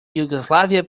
yugoslavia